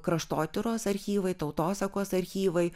kraštotyros archyvai tautosakos archyvai